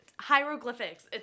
Hieroglyphics